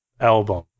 album